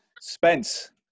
Spence